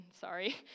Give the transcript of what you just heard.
sorry